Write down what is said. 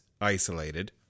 isolated